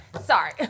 Sorry